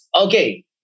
Okay